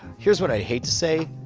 here's what i hate to say,